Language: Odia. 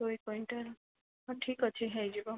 ଦୁଇ କୁଇଣ୍ଟାଲ ହଁ ଠିକ୍ ଅଛି ହେଇଯିବ